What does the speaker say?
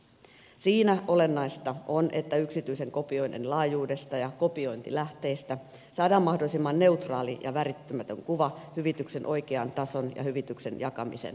siinä olennaista on että yksityisen kopioinnin laajuudesta ja kopiointilähteestä saadaan mahdollisimman neutraali ja värittymätön kuva hyvityksen oikean tason ja hyvityksen jakamisen perustaksi